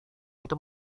itu